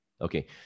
Okay